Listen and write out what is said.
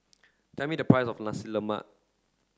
tell me the price of Nasi Lemak